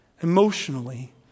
emotionally